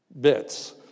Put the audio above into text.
bits